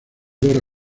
dora